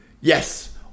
Yes